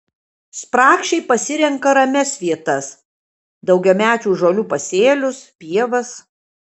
spragšiai pasirenka ramias vietas daugiamečių žolių pasėlius pievas